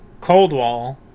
Coldwall